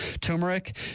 Turmeric